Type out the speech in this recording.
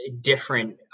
different